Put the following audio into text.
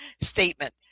statement